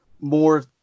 more